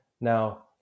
Now